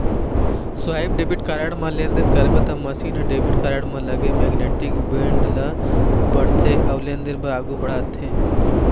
swipe debit card म लेनदेन करबे त मसीन ह डेबिट कारड म लगे मेगनेटिक बेंड ल पड़थे अउ लेनदेन बर आघू बढ़थे